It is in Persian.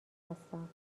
هستم